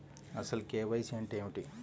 అసలు కే.వై.సి అంటే ఏమిటి?